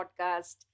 podcast